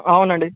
అవునండి